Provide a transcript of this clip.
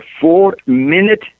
four-minute